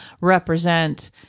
represent